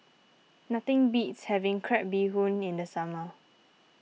nothing beats having Crab Bee Hoon in the summer